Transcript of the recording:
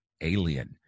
alien